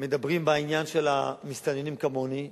מדברים בעניין של המסתננים כמוני.